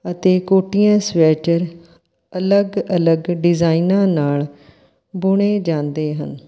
ਅਤੇ ਕੋਟੀਆਂ ਸਵੈਟਰ ਅਲੱਗ ਅਲੱਗ ਡਿਜ਼ਾਈਨਾਂ ਨਾਲ ਬੁਣੇ ਜਾਂਦੇ ਹਨ